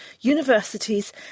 universities